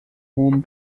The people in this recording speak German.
hohem